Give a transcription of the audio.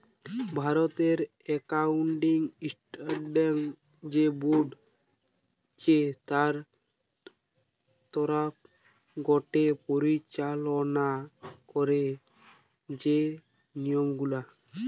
ভারতের accounting standard যে board চে তার তরফ গটে পরিচালনা করা যে নিয়ম গুলা